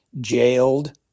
jailed